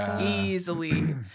easily